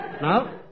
No